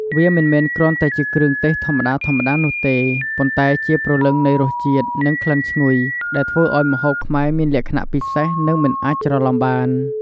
វាមិនមែនគ្រាន់តែជាគ្រឿងទេសធម្មតាៗនោះទេ ប៉ុន្តែជា ព្រលឹងនៃរសជាតិ និងក្លិនឈ្ងុយ ដែលធ្វើឱ្យម្ហូបខ្មែរមានលក្ខណៈពិសេស និងមិនអាចច្រឡំបាន។